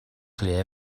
clear